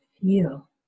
feel